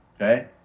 Okay